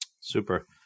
Super